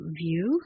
view